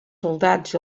soldats